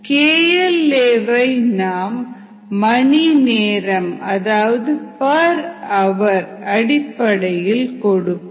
KL a வை நாம் மணி நேரம் அடிப்படையில் கொடுப்போம்